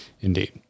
indeed